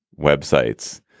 websites